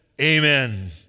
Amen